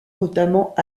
notamment